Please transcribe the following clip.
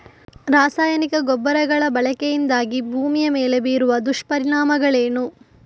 ರಾಸಾಯನಿಕ ಗೊಬ್ಬರಗಳ ಬಳಕೆಯಿಂದಾಗಿ ಭೂಮಿಯ ಮೇಲೆ ಬೀರುವ ದುಷ್ಪರಿಣಾಮಗಳೇನು?